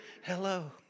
hello